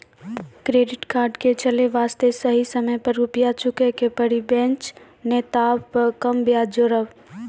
Credit card के चले वास्ते सही समय पर रुपिया चुके के पड़ी बेंच ने ताब कम ब्याज जोरब?